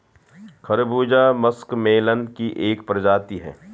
खरबूजा मस्कमेलन की एक प्रजाति है